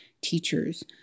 teachers